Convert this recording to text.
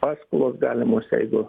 paskolos galimos jeigu